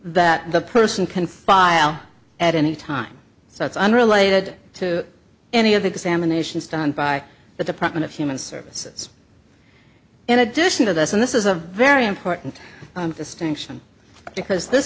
that the person can file at any time so it's unrelated to any of examinations done by the department of human services in addition to this and this is a very important distinction because this